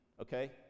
okay